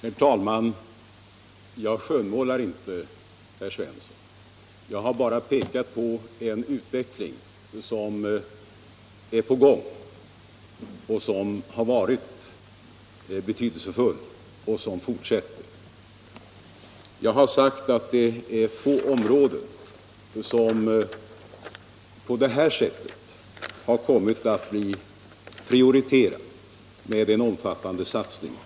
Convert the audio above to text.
Herr talman! Jag skönmålar inte, herr Svensson i Malmö. Jag har bara pekat på en betydelsefull utveckling som är på gång. Jag har sagt att det är få områden som på det här sättet har kommit att bli prioriterade.